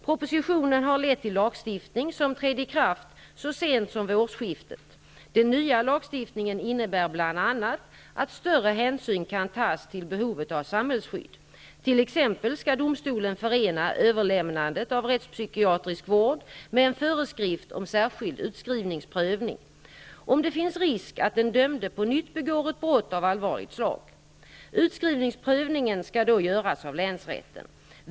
Propositionen har lett till lagstiftning som trädde i kraft så sent som vid årsskiftet. Den nya lagstiftningen innebär bl.a. att större hänsyn kan tas till behovet av samhällsskydd. T.ex. skall domstolen förena överlämnandet till rättspsykiatrisk vård med en föreskrift om särskild utskrivningsprövning, om det finns risk att den dömde på nytt begår ett brott av allvarligt slag. Utskrivningsprövningen skall då göras av länsrätten.